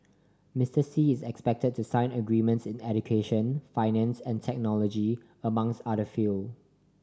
Mister Xi is expected to sign agreements in education finance and technology among other field